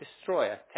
destroyer